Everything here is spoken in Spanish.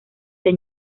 amo